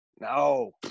No